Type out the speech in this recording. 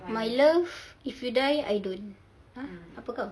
my love if you die I don't ah apa kau